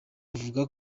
avuga